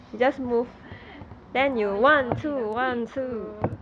摇摇你的屁股